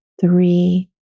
three